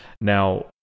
Now